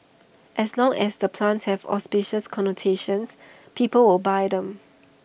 as long as the plants have auspicious connotations people will buy them